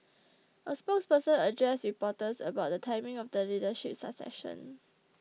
a spokesperson addressed reporters about the timing of the leadership succession